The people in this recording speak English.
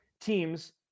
teams